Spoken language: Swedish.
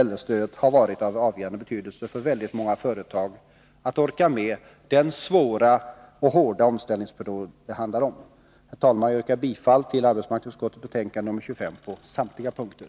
äldrestödet har varit av avgörande betydelse för väldigt många företag när det gällt att orka med den svåra och hårda omställningsperiod som det handlar om. Herr talman! Med det anförda yrkar jag bifall till arbetsmarknadsutskottets hemställan i betänkande 25 på samtliga punkter.